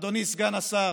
אדוני סגן השר,